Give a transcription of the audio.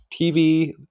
TV